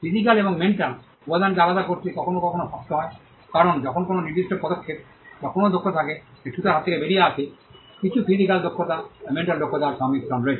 physical এবং mental উপাদানকে আলাদা করতে কখনও কখনও শক্ত হয় কারণ যখন কোনও নির্দিষ্ট পদক্ষেপ বা কোনও দক্ষতা থাকে যা ছুতার হাত থেকে বেরিয়ে আসে কিছু ফিজিক্যাল দক্ষতা এবং মেন্টাল দক্ষতার সংমিশ্রণ রয়েছে